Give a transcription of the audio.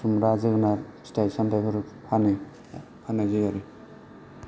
खुमब्रा जोगोनार फिथाइ सामथाइफोर फानो फाननाय जायो आरो